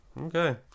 Okay